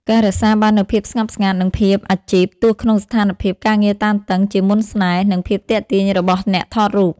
ការរក្សាបាននូវភាពស្ងប់ស្ងាត់ និងភាពអាជីពទោះក្នុងស្ថានភាពការងារតានតឹង ជាមន្តស្នេហ៍ និងភាពទាក់ទាញរបស់អ្នកថតរូប។